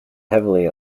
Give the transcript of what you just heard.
heavily